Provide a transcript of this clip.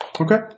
Okay